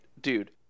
dude